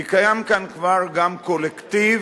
כי קיים כאן כבר גם קולקטיב,